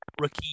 rookie